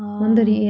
orh